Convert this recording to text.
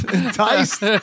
enticed